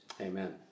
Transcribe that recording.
Amen